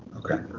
okay.